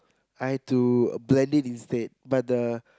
I had to blend it instead but the